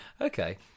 Okay